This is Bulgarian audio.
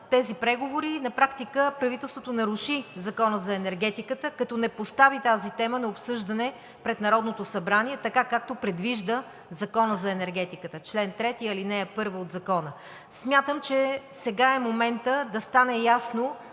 тези преговори на практика правителството наруши Закона за енергетиката, като не постави тази тема на обсъждане пред Народното събрание, така както предвижда Законът за енергетиката – чл. 3, ал. 1 от Закона. Смятам, че сега е моментът да стане ясно